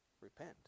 repent